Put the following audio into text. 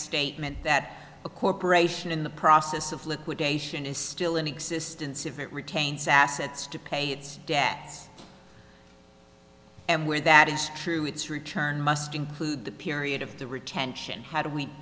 statement that a corporation in the process of liquidation is still in existence if it retains assets to pay its debts and where that is true its return must include the period of the retention how do we